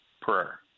prayer